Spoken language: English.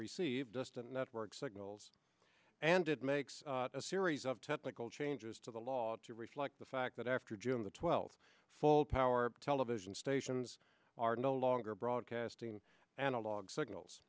receive distant network signals and it makes a series of technical changes to the law to reflect the fact that after june the twelfth full power television stations are no longer broadcasting analog signals